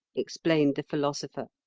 explained the philosopher.